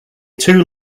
two